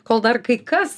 kol dar kai kas